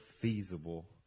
feasible